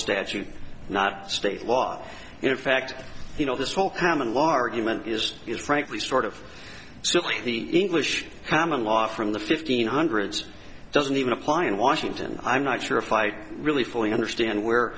statute not state law and in fact you know this whole common law argument is is frankly sort of silly the english common law from the fifteen hundreds doesn't even apply in washington i'm not sure if i really fully understand where